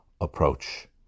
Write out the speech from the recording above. approach